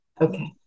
Okay